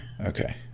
Okay